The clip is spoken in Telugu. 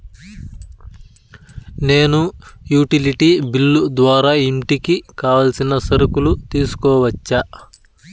నేను యుటిలిటీ బిల్లు ద్వారా ఇంటికి కావాల్సిన సరుకులు తీసుకోవచ్చా?